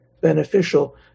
beneficial